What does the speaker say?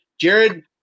Jared